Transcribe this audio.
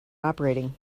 operating